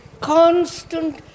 constant